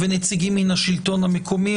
ואני רואה שגם נציגים מהשלטון המקומי,